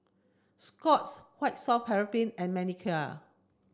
Scott's White soft paraffin and Manicare